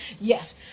Yes